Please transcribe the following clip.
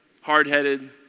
hard-headed